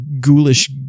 ghoulish